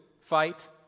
fight